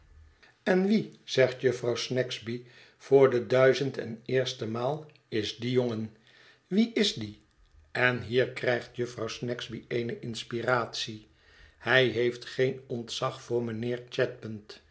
en wie zegt jufvrouw snagsby voor de duizend en eerste maal is die jongen wie is die en hier krijgt jufvrouw snagsby eene inspiratie hij heeft geen ontzag voor mijnheer chadband